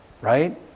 Right